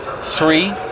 Three